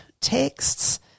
texts